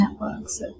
networks